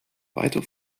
weitere